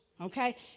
Okay